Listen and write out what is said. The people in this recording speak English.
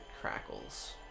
crackles